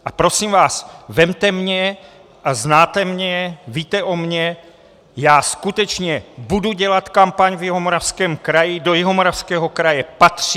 A prosím vás, vezměte mě a znáte mě, víte o mně, já skutečně budu dělat kampaň v Jihomoravském kraji, do Jihomoravského kraje patřím.